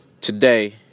today